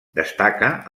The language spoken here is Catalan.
destaca